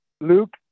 Luke